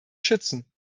schützen